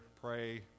pray